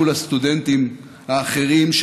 מול הסטודנטים האחרים,